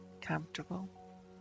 comfortable